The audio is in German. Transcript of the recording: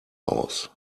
aus